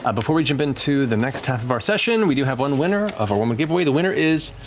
ah before we jump into the next half of our session, we do have one winner of our wyrmwood um and giveaway. the winner is.